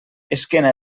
esquena